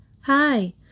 Hi